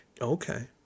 Okay